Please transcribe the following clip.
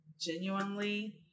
genuinely